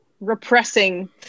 repressing